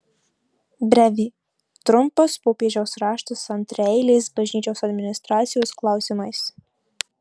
brevė trumpas popiežiaus raštas antraeiliais bažnyčios administracijos klausimais